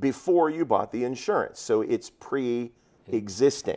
before you bought the insurance so it's pre existing